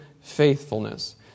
faithfulness